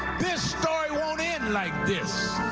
this story won't end like this.